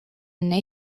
enne